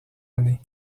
année